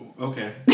Okay